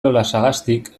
olasagastik